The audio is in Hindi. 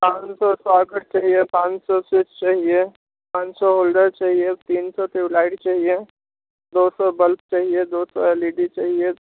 पाँच सौ सॉकेट चाहिए पाँच सौ स्विच चाहिए पाँच सौ होल्डर चाहिए तीन सौ ट्यूवलाइट चाहिए दो सौ बल्ब चाहिए दो सौ एल इ डी चाहिए